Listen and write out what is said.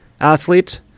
Athlete